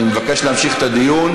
אני מבקש להמשיך את הדיון,